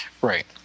Right